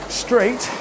straight